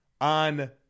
on